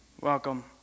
Welcome